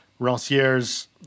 Ranciere's